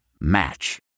Match